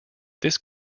this